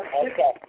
Okay